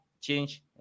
change